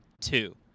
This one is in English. Two